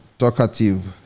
Talkative